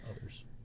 others